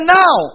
now